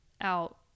out